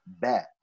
bad